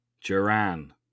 Joran